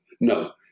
No